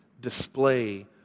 display